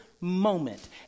moment